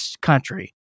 country